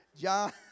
John